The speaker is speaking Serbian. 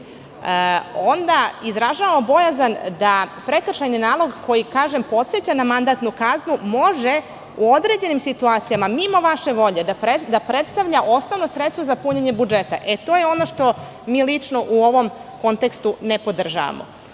onda izražavam bojazan da prekršajni nalog, koji, kažem, podseća na mandatnu kaznu, može u određenim situacijama, mimo naše volje, da predstavlja osnovno sredstvo za punjenje budžeta, e to je ono što mi lično u ovom kontekstu ne podržavamo. Govorili